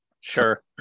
sure